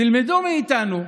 תלמדו מאיתנו,